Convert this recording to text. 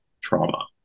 trauma